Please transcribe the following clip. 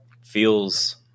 feels